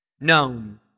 known